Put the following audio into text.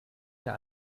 der